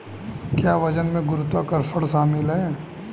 क्या वजन में गुरुत्वाकर्षण शामिल है?